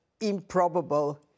improbable